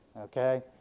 okay